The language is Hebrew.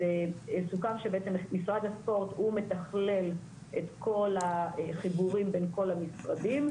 סוכם שבעצם משרד הספורט הוא מתכלל את כל החיבורים בין כל המשרדים,